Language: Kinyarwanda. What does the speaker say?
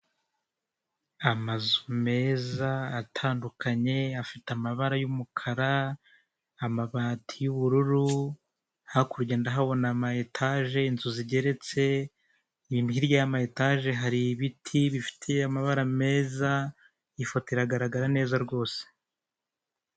amazu meza atandukanye afite amabara y'umukara, amabati y'ubururu, hakurya ndahabona ama etaje, inzu zigeretse, hirya y'ama etaje hari ibiti bifite amabara meza, iyi foto iragagara neza rwose.